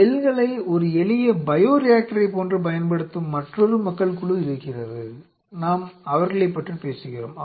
செல்களை ஒரு எளிய பையோரியாக்டரைப் போன்று பயன்படுத்தும் மற்றொரு மக்கள் குழு இருக்கிறது நாம் அவர்களைப் பற்றி பேசுகிறோம்